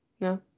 no